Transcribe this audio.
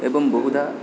एवं बहुधा